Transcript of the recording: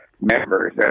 members